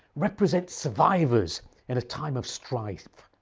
represent survivors in a time of strife.